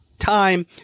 time